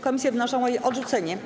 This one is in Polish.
Komisje wnoszą o jej odrzucenie.